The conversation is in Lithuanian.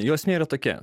jos nėra tokia